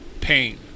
pain